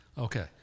Okay